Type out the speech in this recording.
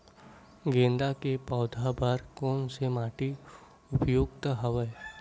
गेंदा के पौधा बर कोन से माटी उपयुक्त हवय?